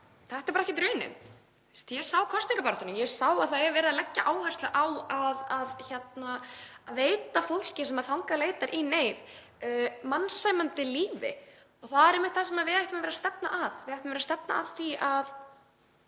þetta er ekkert raunin. Ég sá kosningabaráttuna. Ég sá að það er verið að leggja áherslu á að veita fólki sem þangað leitar í neyð mannsæmandi líf og það er einmitt það sem við ættum að vera að stefna að. Við ættum að stefna að því að